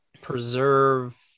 preserve